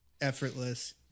effortless